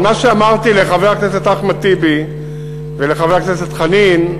מה שאמרתי לחבר הכנסת אחמד טיבי ולחבר הכנסת חנין,